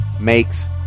makes